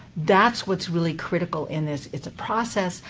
that's what's really critical in this. it's a process.